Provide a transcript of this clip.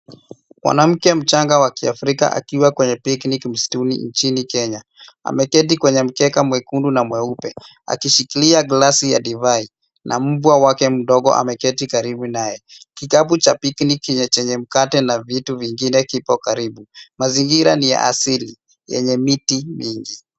mwanamke mchanga wakiafrika akiwa kwenye picnic mstuni nchini Kenya. Ameketi kwenye mkeka mwekundu na mweupe. Akishikilia glasi ya divai. Na mbwa wake mdogo ameketi karibu naye. Kikapu cha picnic chenye mkate na vitu vingine kipo karibu. Mazingira ni ya asili. Yenye miti mingi.